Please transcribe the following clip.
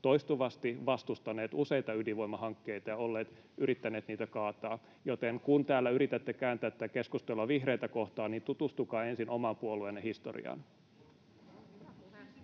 toistuvasti vastustaneet useita ydinvoimahankkeita ja yrittäneet niitä kaataa, joten kun täällä yritätte kääntää tätä keskustelua vihreitä kohtaan, niin tutustukaa ensin oman puolueenne historiaan.